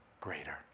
greater